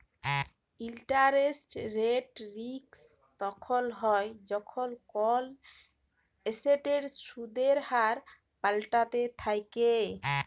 interest rate risk তখল হ্যয় যখল কল এসেটের সুদের হার পাল্টাইতে থ্যাকে